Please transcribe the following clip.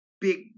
big